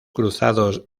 cruzados